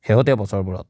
শেহতীয়া বছৰবোৰত